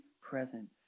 present